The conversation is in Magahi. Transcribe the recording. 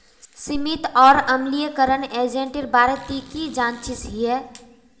सीमित और अम्लीकरण एजेंटेर बारे ती की जानछीस हैय